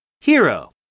Hero